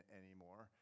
anymore